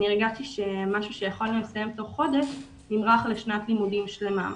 הרגשתי שמשהו שיכולנו לסיים בתוך חודש נמרח לשנת לימודים שלמה,